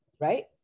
right